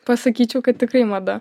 pasakyčiau kad tikrai mada